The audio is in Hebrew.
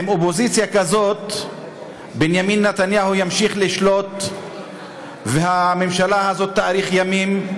עם אופוזיציה כזאת בנימין נתניהו ימשיך לשלוט והממשלה הזאת תאריך ימים.